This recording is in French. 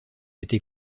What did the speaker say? été